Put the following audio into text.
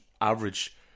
Average